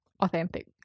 authentic